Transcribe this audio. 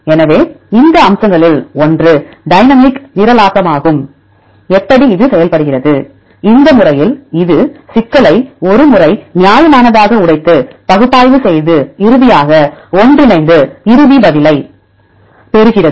எனவே இந்த அம்சங்களில் ஒன்று டைனமிக் நிரலாக்கமாகும் எப்படி இது செயல்படுகிறது இந்த முறையில் இது சிக்கலை ஒரு முறை நியாயமானதாக உடைத்து பகுப்பாய்வு செய்து இறுதியாக ஒன்றிணைந்து இறுதி பதிலைப் பெறுகிறது